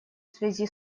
связи